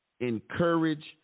encourage